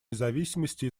независимости